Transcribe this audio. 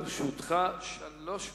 לרשותך שלוש דקות.